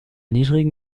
niedrigen